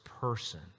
person